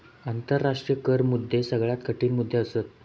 आंतराष्ट्रीय कर मुद्दे सगळ्यात कठीण मुद्दे असत